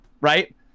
right